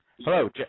Hello